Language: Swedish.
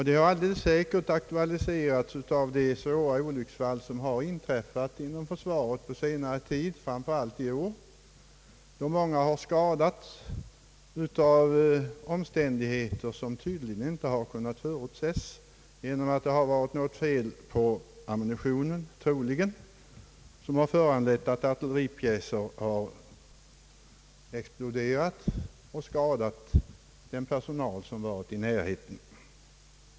Det har alldeles säkert aktualiserats av de svåra olycksfall som har inträffat inom försvaret under senare tid, framför allt i år, då många har skadats på grund av omständigheter som tydligen inte har kunnat förutses genom att det troligen har varit fel på ammunitionen, vilket förorsakat att ar tilleripjäser har exploderat och skadat den personal som varit i närheten.